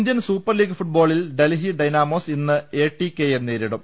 Indian super league ഫുട്ബോളിൽ Delhi Dynamos ഇന്ന് A T കെയെ നേരിടും